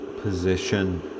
position